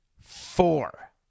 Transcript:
four